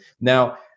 now